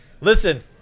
Listen